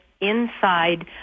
inside